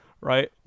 right